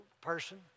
person